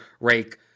rake